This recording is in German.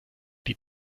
die